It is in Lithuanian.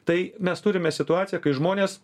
tai mes turime situaciją kai žmonės